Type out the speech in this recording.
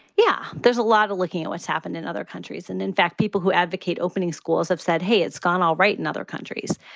yeah, there's a lot of looking at what's happened in other countries. and in fact, people who advocate opening schools have said, hey, it's gone all right in other countries.